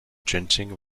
drenching